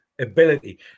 ability